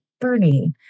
Bernie